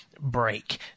break –